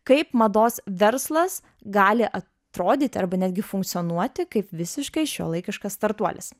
kaip mados verslas gali atrodyti arba netgi funkcionuoti kaip visiškai šiuolaikiškas startuolis